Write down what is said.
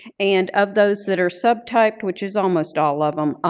and of those that are subtyped, which is almost all of them,